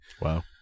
wow